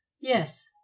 yes